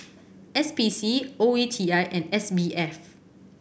S P C O E T I and S B F